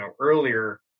earlier